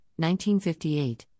1958